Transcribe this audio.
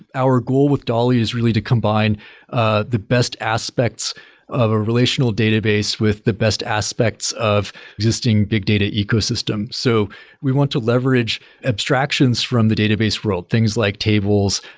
our goal with dali is really to combine ah the best aspects of a relational database with the best aspects of existing big data ecosystem. so we want to leverage abstractions from the database world, things like tables,